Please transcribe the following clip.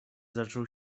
zaczął